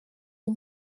iyi